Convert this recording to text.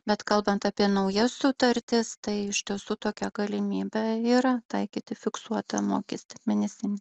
bet kalbant apie naujas sutartis tai iš tiesų tokia galimybė yra taikyti fiksuotą mokestį mėnesinį